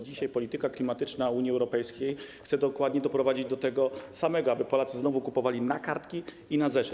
Dzisiejsza polityka klimatyczna Unii Europejskiej chce dokładnie doprowadzić do tego samego, aby Polacy znowu kupowali na kartki i na zeszyt.